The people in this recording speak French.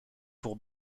pour